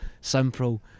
simple